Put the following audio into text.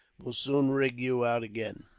we'll soon rig you out again.